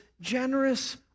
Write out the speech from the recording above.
generous